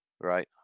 Right